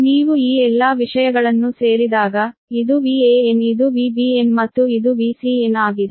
ನೀವು ಈ ಎಲ್ಲಾ ವಿಷಯಗಳನ್ನು ಸೇರಿದಾಗ ಇದು Van ಇದು Vbn ಮತ್ತು ಇದು Vcn ಆಗಿದೆ